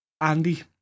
Andy